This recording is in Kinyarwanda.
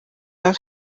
rayon